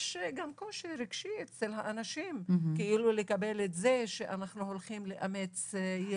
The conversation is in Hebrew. יש גם קושי רגשי אצל האנשים לקבל את זה שאנחנו הולכים לאמץ ילד.